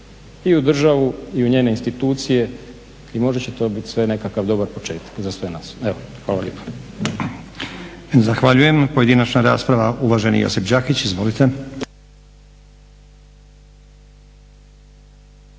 i u državu i u njene institucije i možda će to biti sve nekakav dobar početak za sve nas. Evo, hvala lijepa. **Stazić, Nenad (SDP)** Zahvaljujem. Pojedinačna rasprava uvaženi Josip Đakić. Izvolite.